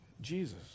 Jesus